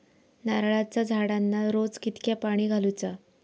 नारळाचा झाडांना रोज कितक्या पाणी घालुचा?